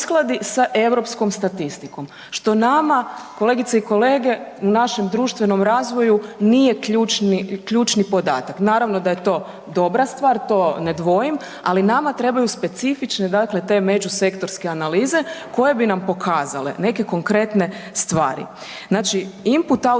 uskladi sa europskom statistikom, što nama kolegice i kolege u našem društvenom razvoju nije ključni podatak. Naravno da je to dobra stvar, to ne dvojim, ali nama trebaju specifične te međusektorske analize koje bi na pokazale neke konkretne stvari. Znači input, output